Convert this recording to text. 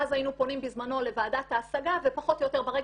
ואז היינו פונים בזמנו לוועדת ההשגה ופחות או יותר ברגע